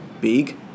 big